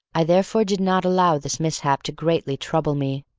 i therefore did not allow this mishap to greatly trouble me,